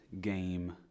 game